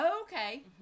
okay